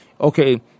Okay